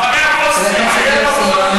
המחנה הפוסט-ציוני.